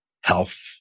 health